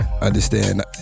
understand